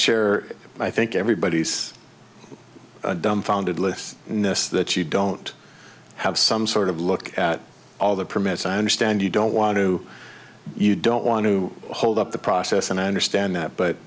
share i think everybody's dumbfounded lists in this that you don't have some sort of look at all the permits i understand you don't want to you don't want to hold up the process and i understand that but